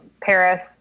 Paris